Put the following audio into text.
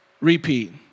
Repeat